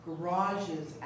garages